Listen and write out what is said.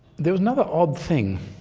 there was another odd thing.